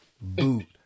boot